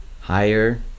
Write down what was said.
higher